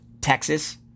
Texas